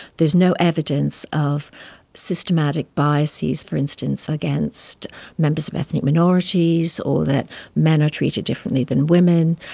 there's no evidence of systematic biases, for instance, against members of ethnic minorities, or that men are treated differently than women,